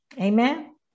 Amen